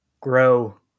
grow